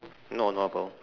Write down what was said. no not a problem